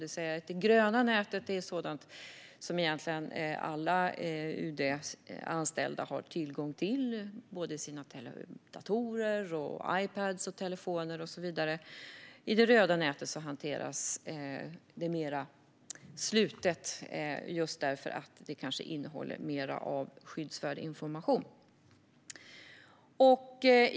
Det gröna nätet är sådant som egentligen alla UD-anställda har tillgång till i sina datorer, Ipadar, telefoner och så vidare. Det röda nätet är mer slutet just därför att det kanske innehåller mer av skyddsvärd information.